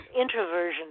introversion